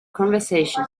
conversation